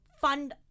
Fund